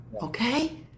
Okay